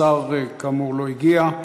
השר כאמור לא הגיע.